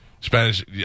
Spanish